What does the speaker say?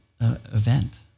event